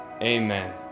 Amen